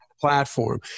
platform